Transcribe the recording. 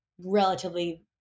relatively